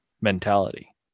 mentality